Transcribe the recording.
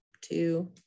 two